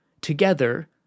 together